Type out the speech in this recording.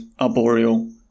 arboreal